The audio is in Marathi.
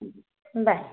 हो बाय